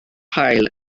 haul